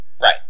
Right